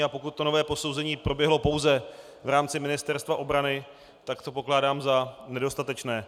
A pokud to nové posouzení proběhlo pouze v rámci Ministerstva obrany, tak to pokládám za nedostatečné.